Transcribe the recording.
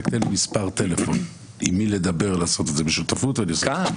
רק תן לי מספר טלפון עם מי לדבר ולעשות את זה בשותפות ואני עושה.